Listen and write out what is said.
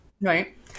Right